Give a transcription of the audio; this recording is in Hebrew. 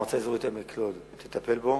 שהמועצה האזורית עמק לוד תטפל בו.